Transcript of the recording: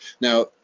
Now